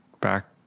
back